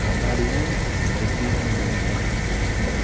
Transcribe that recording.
கண்ணாடியும் தொப்பியும் வந்து அது பயன்படுத்தும் போது